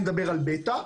אני מדבר על בטא,